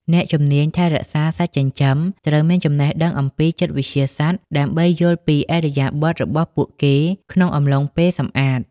អ្នកជំនាញថែរក្សាសត្វចិញ្ចឹមត្រូវមានចំណេះដឹងអំពីចិត្តវិទ្យាសត្វ ដើម្បីយល់ពីឥរិយាបថរបស់ពួកគេក្នុងអំឡុងពេលសម្អាត។